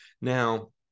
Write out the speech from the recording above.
Now